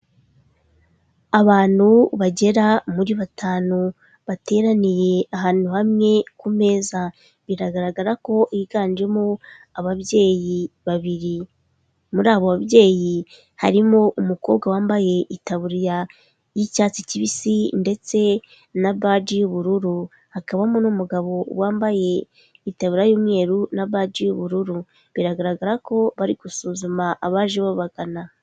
Abantu bagera muri batanu bateraniye ahantu hamwe ku meza, biragaragara ko higanjemo ababyeyi babiri, muri abo babyeyi harimo umukobwa wambaye itaburiya y'icyatsi kibisi ndetse na baji y'ubururu, hakabamo n'umugabo wambaye itaburariya y'umweru na baji y'ubururu, biragaragara ko bari gusuzuma abaje babagana.